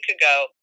ago